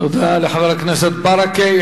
תודה לחבר הכנסת ברכה.